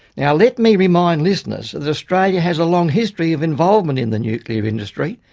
yeah let me remind listeners that australia has a long history of involvement in the nuclear industry.